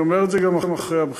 אני אומר את זה גם אחרי הבחירות: